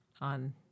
on